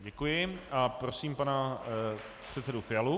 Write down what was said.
Děkuji a prosím pana předsedu Fialu.